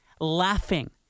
laughing